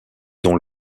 dont